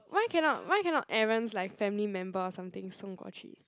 why cannot why cannot Aaron's like family member or something 送过去